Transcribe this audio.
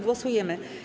Głosujemy.